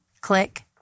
click